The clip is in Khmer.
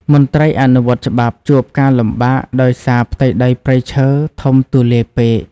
មន្ត្រីអនុវត្តច្បាប់ជួបការលំបាកដោយសារផ្ទៃដីព្រៃឈើធំទូលាយពេក។